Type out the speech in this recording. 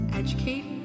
educate